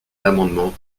l’amendement